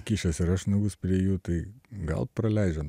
įkišęs ir aš nagus prie jų tai gal praleidžiam